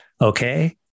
okay